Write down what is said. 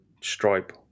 stripe